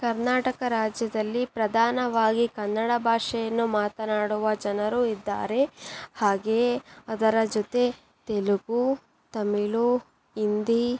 ಕರ್ನಾಟಕ ರಾಜ್ಯದಲ್ಲಿ ಪ್ರಧಾನವಾಗಿ ಕನ್ನಡ ಭಾಷೆಯನ್ನು ಮಾತನಾಡುವ ಜನರು ಇದ್ದಾರೆ ಹಾಗೆಯೇ ಅದರ ಜೊತೆ ತೆಲುಗು ತಮಿಳು ಹಿಂದಿ